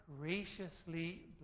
graciously